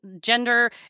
gender